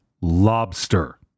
lobster